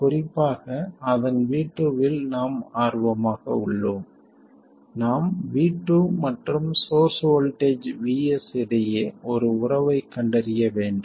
குறிப்பாக அதன் V2 இல் நாம் ஆர்வமாக உள்ளோம் நாம் V2 மற்றும் சோர்ஸ் வோல்ட்டேஜ் VS இடையே ஒரு உறவைக் கண்டறிய வேண்டும்